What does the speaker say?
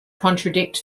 contradict